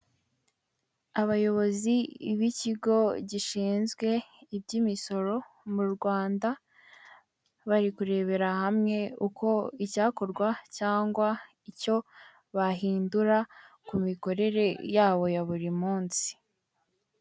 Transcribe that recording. Abayobozi bikigo gishinzwe iby'imisoro mu Rwanda, bari kurebera hamwe uko icyakorwa cyangwa icyo bahindura ku mikorere yabo ya buri munsi.